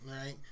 right